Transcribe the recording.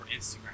Instagram